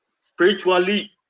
spiritually